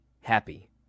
happy